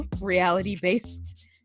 reality-based